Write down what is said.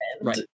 right